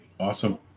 Awesome